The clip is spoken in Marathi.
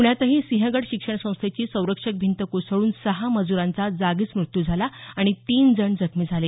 पुण्यातही सिंहगड शिक्षण संस्थेची संरक्षक भिंत कोसळून सहा मजूरांचा जागीच मृत्यु झाला आणि तीन जण जखमी झाले